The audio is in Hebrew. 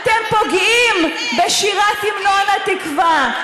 אתם פוגעים בשירת המנון התקווה.